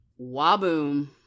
waboom